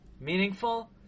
meaningful